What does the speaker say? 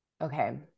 Okay